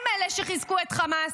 הם אלה שחיזקו את חמאס,